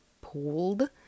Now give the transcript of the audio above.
pulled